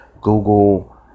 Google